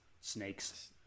snakes